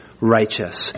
righteous